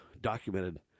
documented